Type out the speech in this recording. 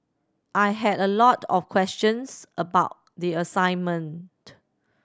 I had a lot of questions about the assignment